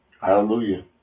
Hallelujah